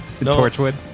Torchwood